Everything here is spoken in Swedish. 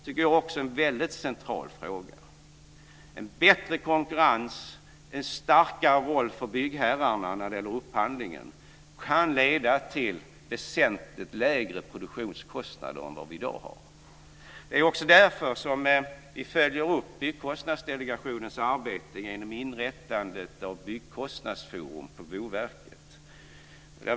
Det tycker jag också är en väldigt central fråga. En bättre konkurrens och en starkare roll för byggherrarna när det gäller upphandlingen kan leda till väsentligt lägre produktionskostnader än vad vi har i dag. Det är också därför som vi följer upp Byggkostnadsdelegationens arbete genom inrättandet av byggkostnadsforum på Boverket.